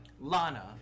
Lana